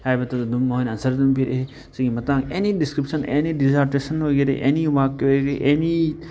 ꯍꯥꯏꯕꯗꯨꯗ ꯑꯗꯨꯝ ꯃꯣꯏꯅ ꯑꯟꯁꯔ ꯑꯗꯨꯝ ꯄꯤꯔꯛꯏ ꯁꯤꯒꯤ ꯃꯇꯥꯡ ꯑꯦꯅꯤ ꯗꯤꯁꯀ꯭ꯔꯤꯞꯁꯟ ꯑꯦꯅꯤ ꯗꯤꯖꯥꯔꯇꯦꯁꯟ ꯑꯣꯏꯒꯦꯔꯥ ꯑꯦꯅꯤ ꯋꯥꯔꯛꯀꯤ ꯑꯣꯏꯒꯦꯔꯥ ꯑꯦꯅꯤ